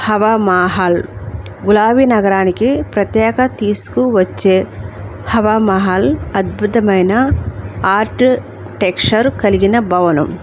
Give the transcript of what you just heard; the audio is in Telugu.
హవామాహల్ గులాబీ నగరానికి ప్రత్యేకత తీసుకు వచ్చే హవామహల్ అద్భుతమైన ఆర్కిటెక్చర్ కలిగిన బవనం